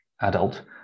adult